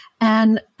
And-